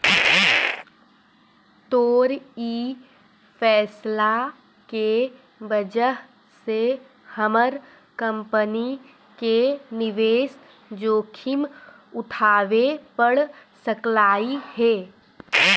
तोर ई फैसला के वजह से हमर कंपनी के निवेश जोखिम उठाबे पड़ सकलई हे